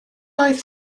oedd